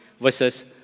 versus